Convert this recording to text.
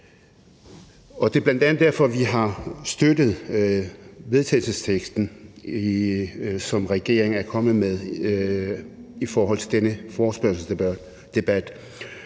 Det er bl.a. derfor, at vi har støttet vedtagelsesteksten, som regeringen er kommet med i den her forespørgselsdebat,